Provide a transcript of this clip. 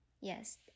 Yes